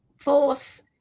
force